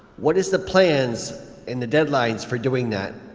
what is the plans and the deadlines for doing that?